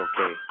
okay